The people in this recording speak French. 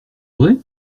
vrai